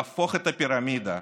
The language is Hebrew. להפוך את הפירמידה.